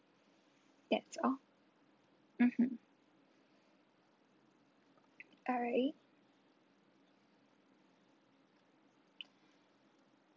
that's all mmhmm alright